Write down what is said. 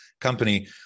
company